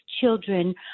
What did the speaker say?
children